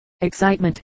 excitement